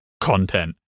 content